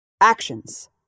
actions